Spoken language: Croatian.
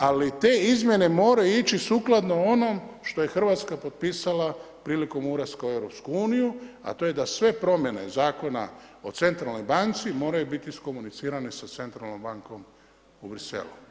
Ali te izmjene moraju ići sukladno onom što je Hrvatska potpisala prilikom ulaska u EU, a to je da sve promjene Zakona o centralnoj banci moraju biti iskomunicirane sa Centralnom bankom u Bruxellesu.